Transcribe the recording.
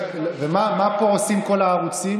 האם הקרן ביקשה ממנו משהו שנוגע למשרד הביטחון?